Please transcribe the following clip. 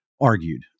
argued